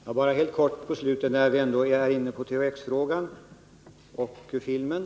Herr talman! Bara helt kort till slut, när vi ändå är inne på frågan om THX och filmen.